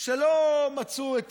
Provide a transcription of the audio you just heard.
שלא מצאו את